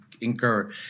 incur